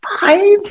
five